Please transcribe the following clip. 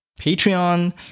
Patreon